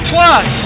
Plus